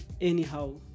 anyhow